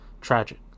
Tragic